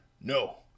No